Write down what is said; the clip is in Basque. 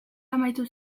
amaitu